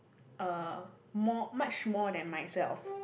uh more much more than myself